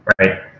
right